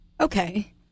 Okay